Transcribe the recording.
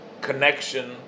connection